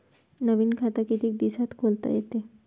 नवीन खात कितीक दिसात खोलता येते?